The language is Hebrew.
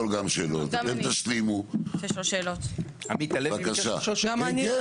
דמיינו לכם מה מתוקתק פה מהר מהר מהר ומה נשאר